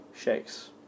shakes